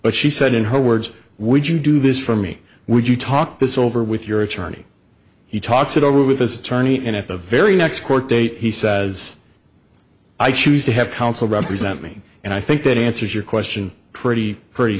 but she said in her words would you do this for me would you talk this over with your attorney he talks it over with his attorney and at the very next court date he says i choose to have counsel represent me and i think that answers your question pretty pretty